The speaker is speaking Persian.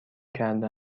کرده